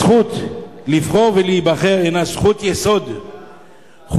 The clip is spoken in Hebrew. הזכות לבחור ולהיבחר הינה זכות יסוד חוקתית,